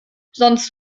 sonst